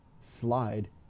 slide